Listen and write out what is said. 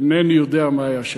אינני יודע מה היה שם.